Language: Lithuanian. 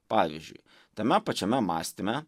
pavyzdžiui tame pačiame mąstyme